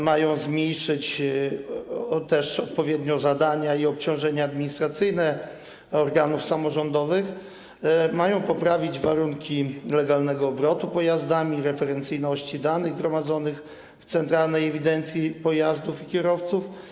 Mają one zmniejszyć odpowiednio zadania i obciążenia administracyjne organów samorządowych, mają poprawić warunki legalnego obrotu pojazdami, referencyjność danych gromadzonych w Centralnej Ewidencji Pojazdów i Kierowców.